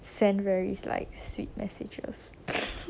send various like sweet messages